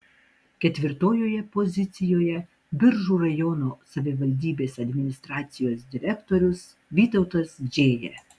ketvirtojoje pozicijoje biržų rajono savivaldybės administracijos direktorius vytautas džėja